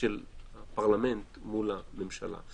של פרלמנט מול הממשלה,